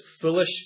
foolish